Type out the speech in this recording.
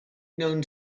known